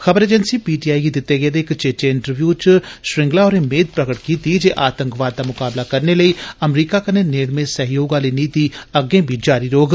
खबर agency PTI गी दित्ते दे इक चेचे इन्टरव्यू च श्रृंगला होरें मेद प्रगट कीती जे आतंकवाद दा मुकाबला करने लेई अमरीका कन्नै नेड़में सहयोग आली नीति अग्गें बी जारी रौह्ग